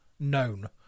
known